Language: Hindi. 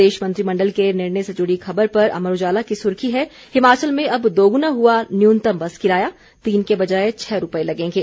प्रदेश मंत्रिमण्डल के निर्णय से जुड़ी खबर पर अमर उजाला की सुर्खी है हिमाचल में अब दोगुणा हुआ न्यूनतम बस किराया तीन के बजाये छह रुपये लगेंगे